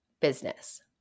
business